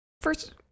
first